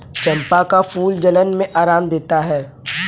चंपा का फूल जलन में आराम देता है